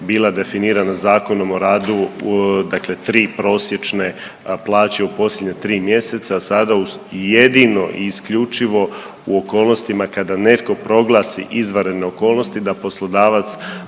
bila definirana Zakonom o radu, dakle tri prosječne plaće u posljednja tri mjeseca, a sada jedino i isključivo u okolnostima kada netko proglasi izvanredne okolnosti da poslodavac